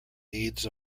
needs